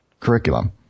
Curriculum